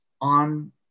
on